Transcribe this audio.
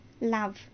love